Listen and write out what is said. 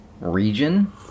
region